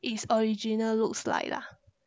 is original looks like lah